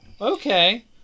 okay